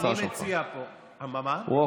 הוא שומע הכול.